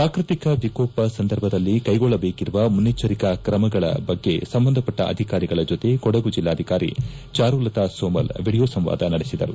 ಪ್ರಾಕೃತಿಕ ವಿಕೋಪ ಸಂದರ್ಭದಲ್ಲಿ ಕ್ಷೆಗೊಳ್ಳಬೇಕಿರುವ ಮುನ್ನೆಚ್ಚರಿಕಾ ಕ್ರಮಗಳ ಬಗ್ಗೆ ಸಂಬಂಧಪಟ್ಟ ಅಧಿಕಾರಿಗಳ ಜೊತೆ ಕೊಡಗು ಜಿಲ್ಲಾಧಿಕಾರಿ ಚಾರುಲತ ಸೋಮಲ್ ವಿಡಿಯೊ ಸಂವಾದ ನಡೆಸಿದರು